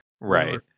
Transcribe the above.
Right